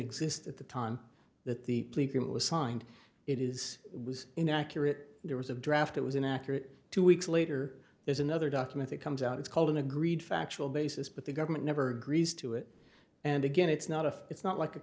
exist at the time that the plea agreement was signed it is was inaccurate there was a draft it was inaccurate two weeks later there's another document that comes out it's called an agreed factual basis but the government never griese to it and again it's not a it's not like